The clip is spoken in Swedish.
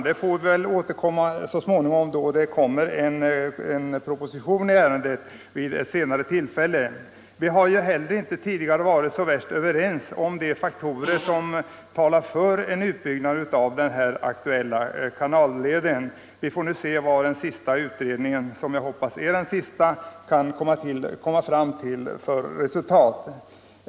Det får vi väl återkomma till så småningom när det har lagts fram en proposition i ärendet. Vi har ju heller inte tidigare varit särskilt överens om de faktorer som talar för en utbyggnad av den aktuella kanalleden. Vi får väl se vad den senaste utredningen - som jag hoppas blir den sista — kan komma fram till för resultat.